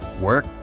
work